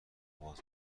باز